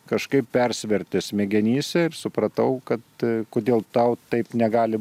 kažkaip persivertė smegenyse ir supratau kad kodėl tau taip negali